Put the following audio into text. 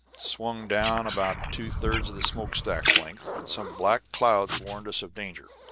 swung down about two thirds of the smoke-stack's length, when some black clouds warned us of danger,